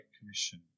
Commission